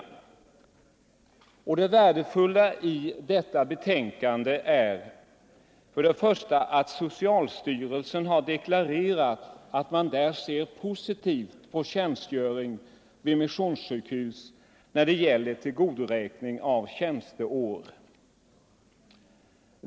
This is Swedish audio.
Det värdefulla i utskottets betänkande är för det första att socialstyrelsen har deklarerat att man ser positivt på tjänstgöring vid missionssjukhus när det gäller tillgodoräkning av tjänstår.